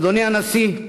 אדוני הנשיא,